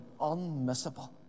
unmissable